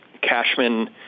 Cashman